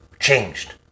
changed